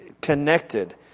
connected